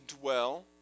dwell